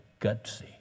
gutsy